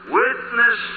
witness